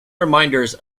reminders